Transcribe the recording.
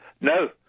No